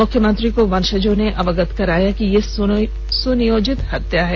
मुख्यमंत्री को वंशजों ने अवगत कराया कि यह सुनियोजित हत्या है